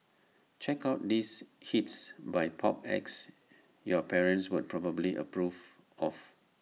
check out these hits by pop acts your parents would probably approve of